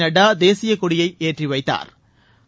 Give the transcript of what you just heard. நட்டா தேசியக்கொடியை ஏற்றி வைத்தாா்